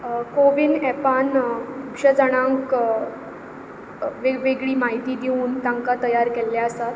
CoWIN एपान खुबश्या जाणांक वेगवेगळी म्हायती दिवन तांकां तयार केल्ले आसात